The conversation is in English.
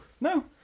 No